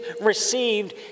received